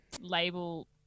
label